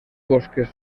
bosques